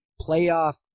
playoff